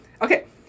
Okay